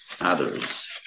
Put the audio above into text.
others